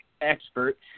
expert